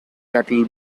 cattle